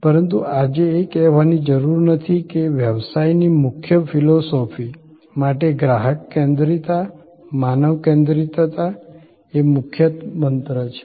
પરંતુ આજે એ કહેવાની જરૂર નથી કે વ્યવસાયની મુખ્ય ફિલસૂફી માટે ગ્રાહક કેન્દ્રિતતા માનવ કેન્દ્રિતતા એ મુખ્ય મંત્ર છે